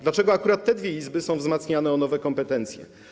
Dlaczego akurat te dwie izby są wzmacniane o nowe kompetencje?